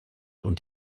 und